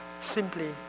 simply